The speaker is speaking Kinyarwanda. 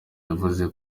yavuze